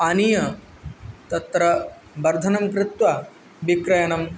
आनीय तत्र वर्धनं कृत्वा विक्रयणं